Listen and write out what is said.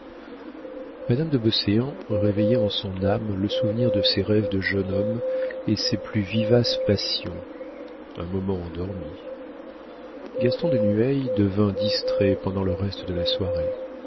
madame de beauséant réveillait en son âme le souvenir de ses rêves de jeune homme et ses plus vivaces passions un moment endormies gaston de nueil devint distrait pendant le reste de la soirée